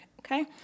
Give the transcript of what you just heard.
Okay